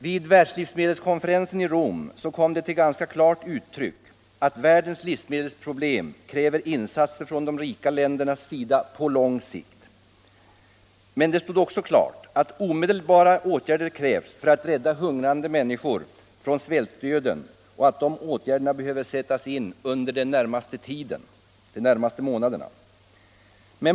Vid världslivsmedelskonferensen i Rom kom det till ganska klart uttryck att världens livsmedelsproblem kräver insatser från de rika ländernas sida på lång sikt. Men det stod också klart att omedelbara åtgärder krävs för att rädda hungrande människor från svältdöden och att de åtgärderna behöver sättas in under den närmaste tiden, de närmaste månaderna.